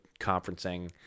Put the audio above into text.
conferencing